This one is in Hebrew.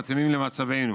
המתאימים למצבנו".